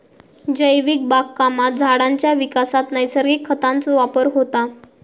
जैविक बागकामात झाडांच्या विकासात नैसर्गिक खतांचो वापर होता